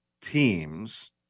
teams